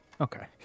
Okay